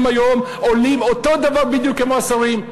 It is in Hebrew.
היום עולים אותו דבר בדיוק כמו השרים.